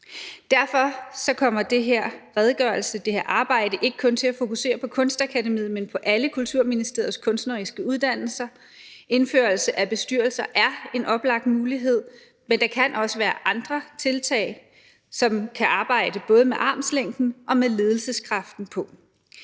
Derfor kommer den her redegørelse og det her arbejde ikke kun til at fokusere på Kunstakademiet, men på alle Kulturministeriets kunstneriske uddannelser. Indførelse af bestyrelser er en oplagt mulighed, men der kan også være andre tiltag, som man kan arbejde med, både med armslængden og med ledelseskraften.